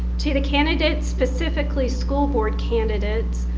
to the candidates, specifically school board candidates,